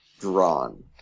drawn